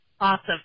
Awesome